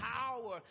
power